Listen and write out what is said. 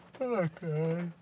Okay